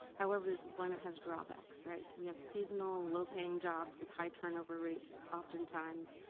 however, this employment has drawbacks, right. we have seasonal low-paying jobs with high turnover rates often times